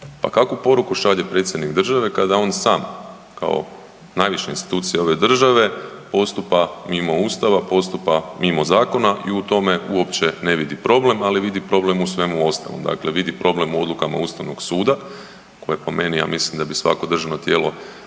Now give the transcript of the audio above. Pa kakvu poruku šalje Predsjednik države kada on sam kao najviša institucija ove države postupa mimo Ustava, postupa mimo zakona i u tome uopće ne vidi problem ali vidi problem u svemu ostalom. Dakle vidi problem u odlukama Ustavnog suda, koja po meni ja mislim da bi svako državno tijelo